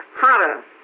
hara